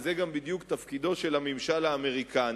וזה גם בדיוק תפקידו של הממשל האמריקני,